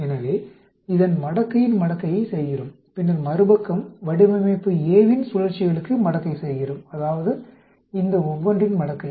எனவே இதன் மடக்கையின் மடக்கையை செய்கிறோம் பின்னர் மறுபக்கம் வடிவமைப்பு A வின் சுழற்சிகளுக்கு மடக்கை செய்கிறோம் அதாவது இந்த ஒவ்வொன்றின் மடக்கை